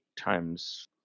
times